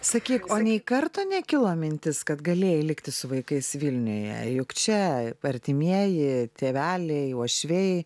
sakyk o nei karto nekilo mintis kad galėjai likti su vaikais vilniuje juk čia artimieji tėveliai uošviai